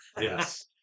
Yes